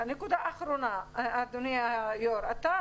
נקודה אחרונה, אדוני היו"ר, אתה